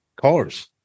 cars